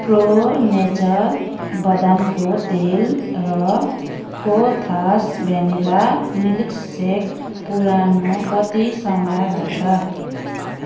pro Nature बदामको तेल र कोथास भ्यानिला मिल्कसेक पुऱ्याउन कति समय लाग्छ